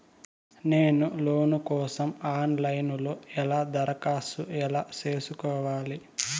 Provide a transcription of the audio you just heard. నేను లోను కోసం online లో ఎలా దరఖాస్తు ఎలా సేసుకోవాలి?